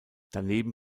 daneben